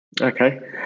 Okay